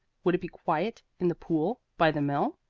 would it be quiet in the pool by the mill?